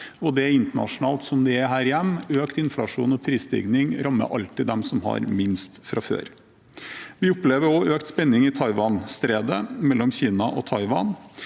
er internasjonalt som det er her hjemme – økt inflasjon og prisstigning rammer alltid dem som har minst fra før. Vi opplever også økt spenning i Taiwanstredet, mellom Kina og Taiwan.